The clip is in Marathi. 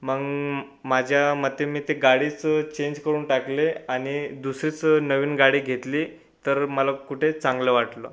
मग माझ्या मते मी ते गाडीच चेंज करून टाकली आणि दुसरीच नवीन गाडी घेतली तर मला कुठे चांगलं वाटलं